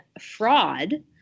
fraud